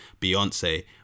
beyonce